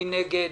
מי נגד?